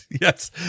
Yes